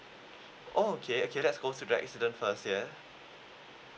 okay okay let's go to the accident first ya